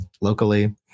locally